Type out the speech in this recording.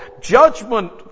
Judgment